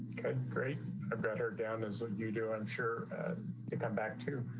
okay, great. i've got her down is what you do. i'm sure to come back to,